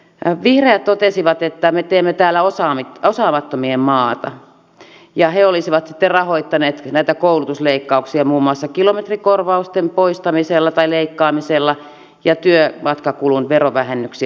vihreät totesivat että me teemme täällä osaamattomien maata ja he olisivat rahoittaneet näitä koulutusleikkauksia muun muassa kilometrikorvausten poistamisella tai leikkaamisella ja työmatkakulun verovähennyksiä alentamalla